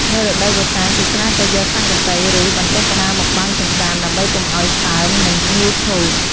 នៅរដូវវស្សា គេច្រើនតែយកស័ង្កសី ឬ បន្ទះក្ដារមកបាំងចង្រ្កានដើម្បីឱ្យកុំឱ្យសើម និងងាយខូច។